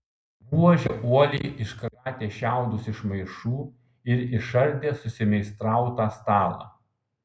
buožė uoliai iškratė šiaudus iš maišų ir išardė susimeistrautą stalą